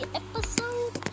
episode